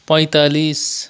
पैँतालिस